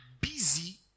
busy